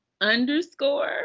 underscore